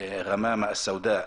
בחברה הערבית.